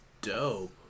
dope